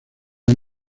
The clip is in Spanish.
han